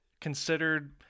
considered